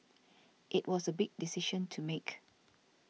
it was a big decision to make